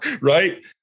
right